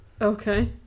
Okay